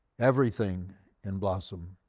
everything in blossom.